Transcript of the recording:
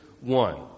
one